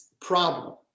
problem